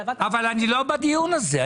אבל אני לא בדיון הזה.